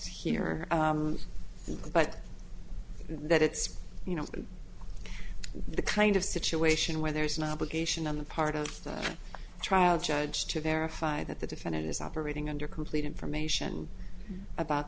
here but that it's you know the kind of situation where there is an obligation on the part of the trial judge to verify that the defendant is operating under complete information about